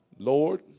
Lord